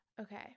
Okay